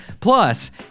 Plus